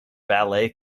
ballet